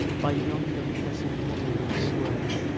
by yonder blessed moon i swear,